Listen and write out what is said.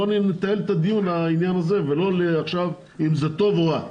בואו נתעל את הדיון לעניין הזה ולא אם זה טוב או רע,